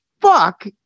fuck